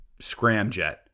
scramjet